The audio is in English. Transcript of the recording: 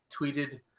tweeted